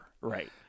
right